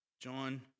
John